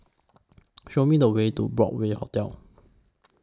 Show Me The Way to Broadway Hotel